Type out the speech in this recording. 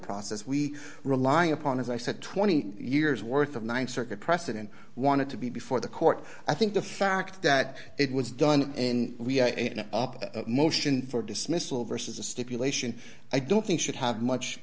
process we rely upon as i said twenty years worth of th circuit precedent wanted to be before the court i think the fact that it was done in motion for dismissal versus a stipulation i don't think should have much